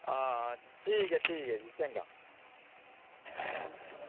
हां ठीक ऐ ठीक ऐ जी चंगा